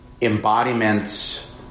embodiments